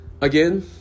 Again